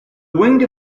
winged